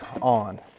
on